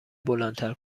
بلندتر